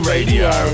Radio